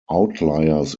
outliers